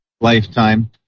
lifetime